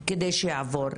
כדי שיעבור,